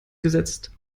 gesetzt